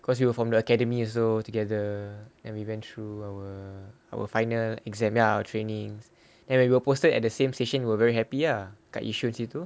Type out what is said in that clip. cause you will from the academy also together and we went through our our final exam ya our trainings and when we were posted at the same station we were very happy ah kat yishun situ